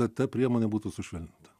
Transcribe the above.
kad ta priemonė būtų sušvelninta